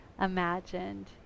imagined